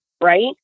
Right